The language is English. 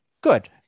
good